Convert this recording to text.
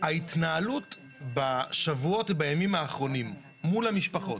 ההתנהלות בשבועות ובימים האחרונים מול המשפחות,